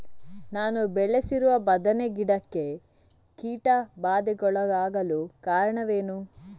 ನಾನು ಬೆಳೆಸಿರುವ ಬದನೆ ಗಿಡಕ್ಕೆ ಕೀಟಬಾಧೆಗೊಳಗಾಗಲು ಕಾರಣವೇನು?